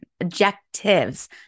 objectives